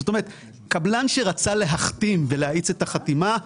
זאת אומרת קבלן שרצה להחתים ולהאיץ את החתימה,